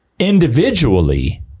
individually